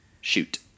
Shoot